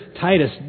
Titus